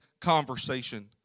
conversation